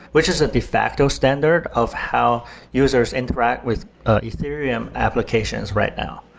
which is a de facto standard of how users interact with ethereum applications right now.